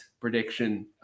prediction